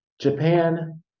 Japan